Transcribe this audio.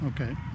Okay